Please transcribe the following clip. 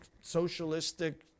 socialistic